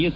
S